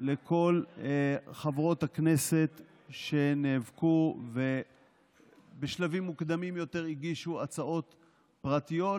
לכל חברות הכנסת שנאבקו ובשלבים מוקדמים יותר הגישו הצעות פרטיות,